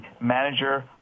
manager